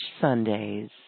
sundays